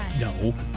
No